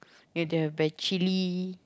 then the have the chilli